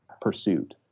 pursuit